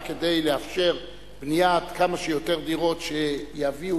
רק כדי לאפשר בניית כמה שיותר דירות שיביאו